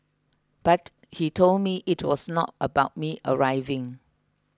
but he told me it was not about me arriving